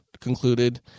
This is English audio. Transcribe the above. concluded